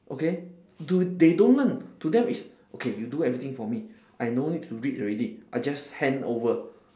okay do they don't learn to them is okay you do everything for me I no need to read already I just hand over